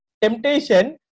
temptation